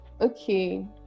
okay